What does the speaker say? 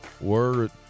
Word